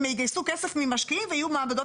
יגייסו כסף ממשקיעים ויהיו מעבדות